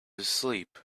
asleep